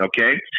okay